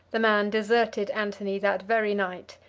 the man deserted antony that very night,